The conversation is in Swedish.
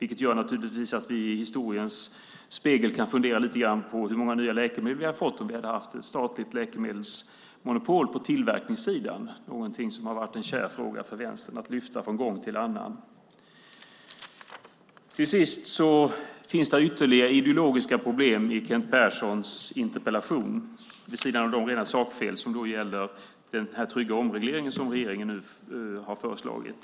Med historiens spegel kan man naturligtvis fundera lite grann på hur många nya läkemedel vi hade fått om vi hade haft ett statligt läkemedelsmonopol på tillverkningssidan, någonting som har varit en kärnfråga för Vänstern att lyfta från gång till annan. Det finns ytterligare ideologiska problem i Kent Perssons interpellation, vid sidan av de rena sakfel som gäller den trygga omreglering som regeringen har föreslagit.